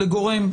לגורם,